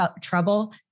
trouble